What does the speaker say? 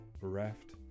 bereft